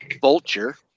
Vulture